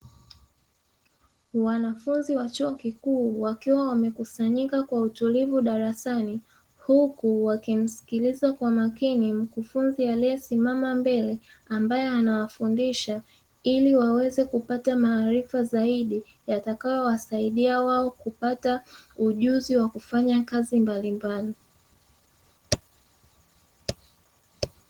Wanafunzi wa chuo kikuu wakiwa wamekusanyika kwa utulivu darasani huku wakimsikiliza kwa makini mkufunzi aliyesimama mbele, ambaye anawafundisha, ili waweze kupata maarifa zaidi yatakayo wasaidia wao kupata ujuzi wa kufanya kazi mbalimbali.